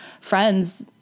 friends